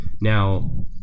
Now